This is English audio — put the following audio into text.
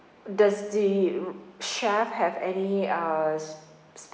does the mm chef have any uh